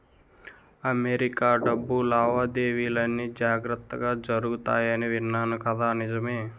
America డబ్బు లావాదేవీలన్నీ జాగ్రత్తగా జరుగుతాయని విన్నాను కదా నిజమే